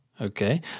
Okay